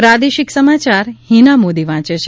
પ્રાદેશિક સમાચાર હિના મોદી વાંચે છે